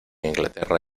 inglaterra